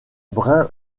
brun